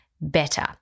better